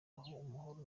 amahoro